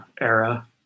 era